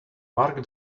mark